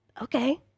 Okay